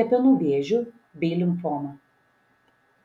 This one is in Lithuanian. kepenų vėžiu bei limfoma